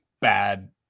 bad